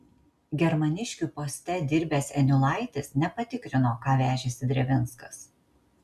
germaniškių poste dirbęs eniulaitis nepatikrino ką vežėsi drevinskas